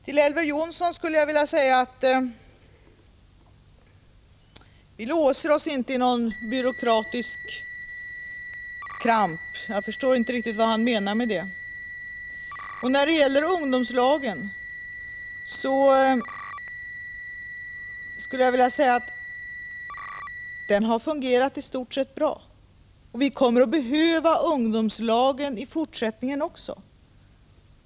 Till Elver Jonsson skulle jag vilja säga: Vi låser oss inte i någon byråkratisk kramp. Jag förstår inte riktigt vad han menar med det. Ungdomslagen har i stort sett fungerat bra. Vi kommer att behöva ungdomslagen i fortsättningen också.